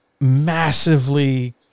massively